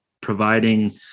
providing